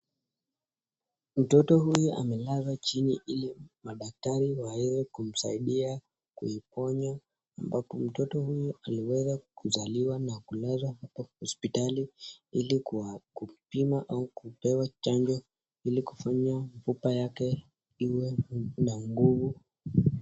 Mtoto huyu amelazwa chini ili madaktari waeze kumsaidia kuiponya ambapo mtoto huyu aliweza kuzaliwa na kulazwa hupo hospitali ili kupimwa au kupewa chanjo ili kufanya mfupa yake iwe na nguvu.